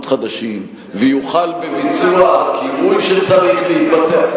חדשים ויוחל בביצוע הקירוי שצריך להתבצע,